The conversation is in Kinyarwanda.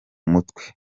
mutwe